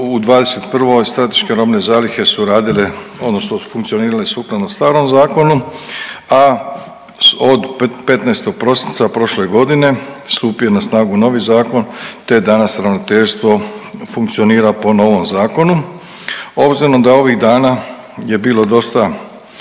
u '21. strateške robne zalihe su radile odnosno funkcionirale sukladno starom zakonu, a od 15. prosinca prošle godine stupio je na snagu novi zakon, te danas ravnateljstvo funkcionira po novom zakonu. Obzirom da ovih dana je bilo dosta